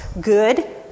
good